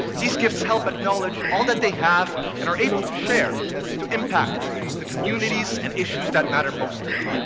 these gifts help acknowledge all that they have and are able to share to impact the communities and issues that matter most to them.